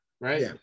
right